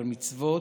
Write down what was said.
בר-מצווה,